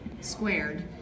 squared